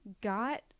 got